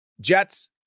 jets